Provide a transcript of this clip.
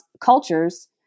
cultures